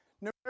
no